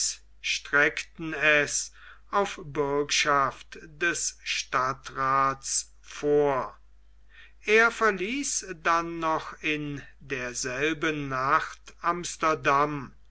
streckten es auf bürgschaft des stadtraths vor er verließ dann noch in derselben nacht amsterdam